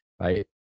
right